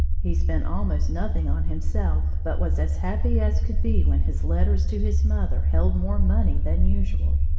he spent almost nothing on himself, but was as happy as could be when his letters to his mother held more money than usual.